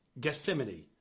Gethsemane